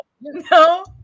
No